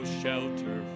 shelter